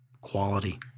Quality